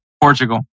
Portugal